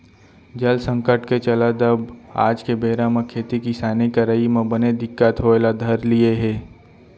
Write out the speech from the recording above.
जल संकट के चलत अब आज के बेरा म खेती किसानी करई म बने दिक्कत होय ल धर लिये हे